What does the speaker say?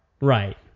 Right